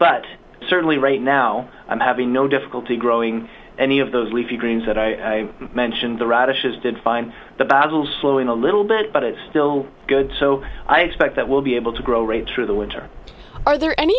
but certainly right now i'm having no difficulty growing any of those leafy greens that i mentioned the radishes did fine the basil slowing a little bit but it's still good so i expect that will be able to grow right through the winter are there any